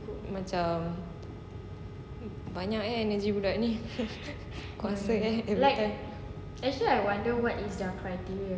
macam banyaknya rajin budak ni kuasanya rebutan